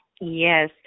Yes